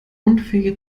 unfähige